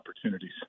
opportunities